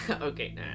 Okay